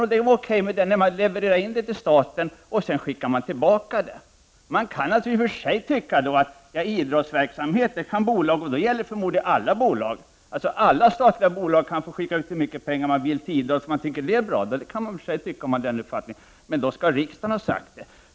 Och det är okej, men de levereras in till staten och sedan skickas de tillbaka. Man kan i och för sig tycka att alla statliga bolag kan få skicka hur mycket pengar de vill till idrott som de anser vara bra. Men då skall riksdagen ha sagt det.